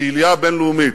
והקהילייה הבין-לאומית,